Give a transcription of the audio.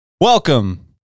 Welcome